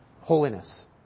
holiness